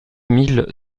mille